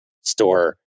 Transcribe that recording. store